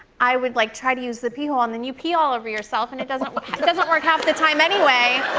i would, like, try to use the pee hole. and then you pee all over yourself, and it doesn't it doesn't work half the time anyway.